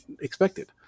expected